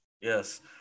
yes